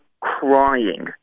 crying